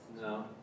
no